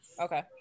Okay